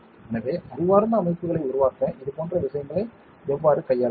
எனவே அறிவார்ந்த அமைப்புகளை உருவாக்க இதுபோன்ற விஷயங்களை எவ்வாறு கையாள்வது